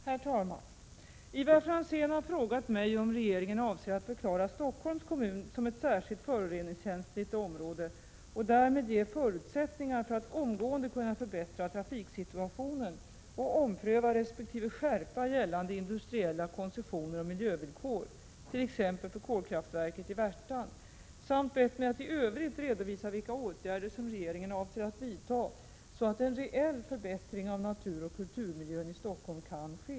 Herr talman! Ivar Franzén har frågat mig om regeringen avser att förklara Stockholms kommun som ett särskilt föroreningskänsligt område och därmed ge förutsättningar för att omgående förbättra trafiksituationen och ompröva resp. skärpa gällande industriella koncessioner och miljövillkor — t.ex. för kolkraftverket i Värtan — samt bett mig att i övrigt redovisa vilka åtgärder regeringen avser att vidta så att en reell förbättring av naturoch kulturmiljön i Stockholm kan ske.